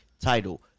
title